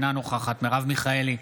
אינה נוכחת מרב מיכאלי,